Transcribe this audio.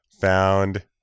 found